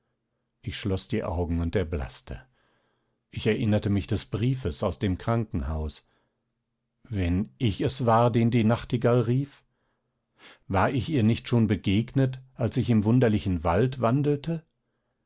ich schloß die augen und erblaßte ich erinnerte mich des briefes aus dem krankenhaus wenn ich es war den die nachtigall rief war ich ihr nicht schon begegnet als ich im wunderlichen wald wandelte